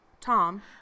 Tom